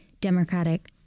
Democratic